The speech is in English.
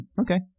okay